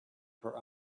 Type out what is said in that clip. for